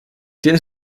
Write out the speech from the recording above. tiene